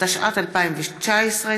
התשע"ט 2019,